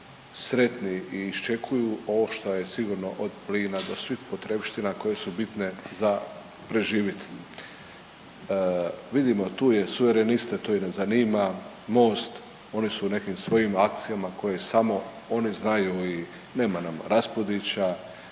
sretni i iščekuju ovo što je sigurno od plina do svih potrepština koje su bitne za preživit. Vidimo tu je Suvereniste to i ne zanima, MOST oni su u nekim svojim akcijama koje samo oni znaju. Nema nam Raspudića,